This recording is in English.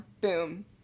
Boom